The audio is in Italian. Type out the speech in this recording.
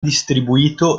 distribuito